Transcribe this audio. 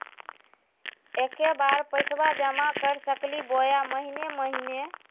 एके बार पैस्बा जमा कर सकली बोया महीने महीने?